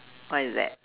what is that